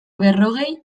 berrogei